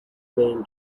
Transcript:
main